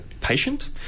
patient